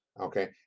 Okay